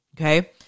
Okay